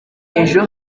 ejo